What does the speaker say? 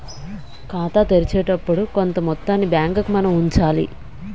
ఖాతా తెరిచేటప్పుడు కొంత మొత్తాన్ని బ్యాంకుకు మనం ఉంచాలి